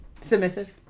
Submissive